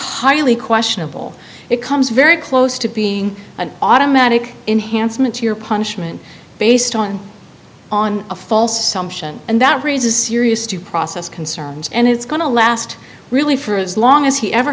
highly questionable it comes very close to being an automatic enhancement to your punishment based on on a false assumption and that raises serious due process concerns and it's going to last really for as long as he ever